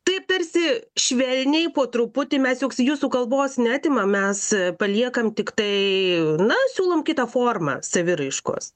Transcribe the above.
taip tarsi švelniai po truputį mes juk jūsų kalbos neatimam mes paliekam tiktai na siūlom kitą formą saviraiškos